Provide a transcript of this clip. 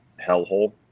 hellhole